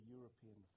European